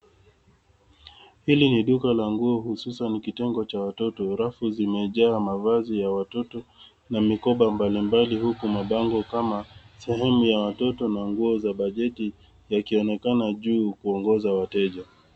Hili ni duka la nguo hususan kitengo cha watoto, rafu zimejaa mavazi ya watoto na mikoba mbalimbali huku mabango kama sehemu ya watoto na nguo za bajeti yakionekana juu kuongoza wateja.